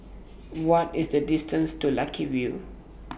What IS The distance to Lucky View